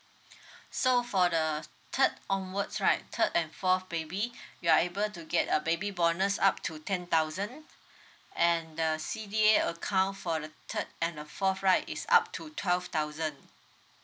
so for the third onwards right third and fourth baby you are able to get a baby bonus up to ten thousand and the C_D_A account for the third and a fourth right is up to twelve thousand